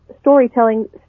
storytelling